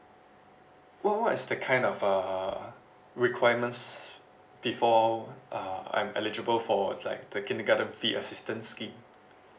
what what is the kind of uh requirements before uh I'm eligible for like the kindergarten fee assistance scheme